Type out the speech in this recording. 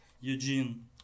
Eugene